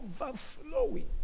overflowing